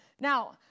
Now